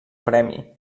premi